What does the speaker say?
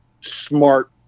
smart